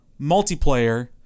Multiplayer